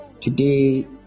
today